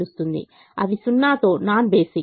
అవి 0 తో non basic